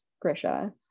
grisha